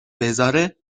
بذاره